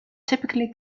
typically